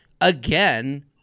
again